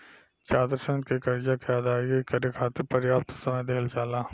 छात्रसन के करजा के अदायगी करे खाति परयाप्त समय दिहल जाला